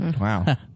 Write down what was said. Wow